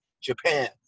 Japan